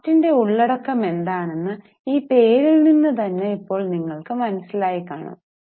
ആക്ടിന്റെ ഉള്ളടക്കം എന്താണെന്ന് ഈ പേരിൽ നിന്ന് തന്നെ ഇപ്പോൾ നിങ്ങൾക്ക് മനസ്സിലായി കാണും